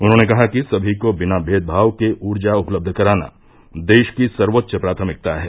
उन्होंने कहा कि सभी को बिना भेदभाव के ऊर्जा उपलब्ध कराना देश की सर्वेच्च प्राथमिकता है